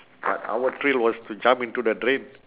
but our thrill was to jump into the drain